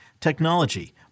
technology